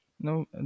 no